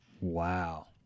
Wow